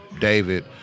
David